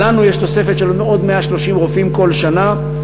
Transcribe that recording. אבל לנו יש תוספת של עוד 130 רופאים כל שנה,